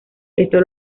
esto